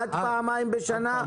עד פעמיים בשנה?